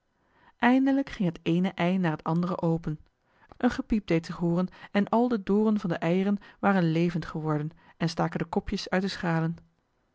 eindelijk ging het eene ei na het andere open een gepiep deed zich hooren en al de dooren van de eieren waren levend geworden en staken de kopjes uit de schalen